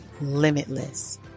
limitless